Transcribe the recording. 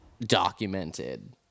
documented